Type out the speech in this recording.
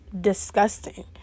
disgusting